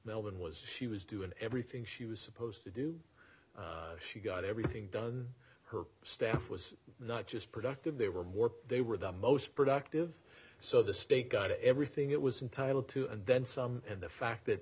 melvin was she was doing everything she was supposed to do she got everything done her staff was not just productive they were more they were the most productive so the state got everything it was entitle to and then some and the fact that